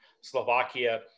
Slovakia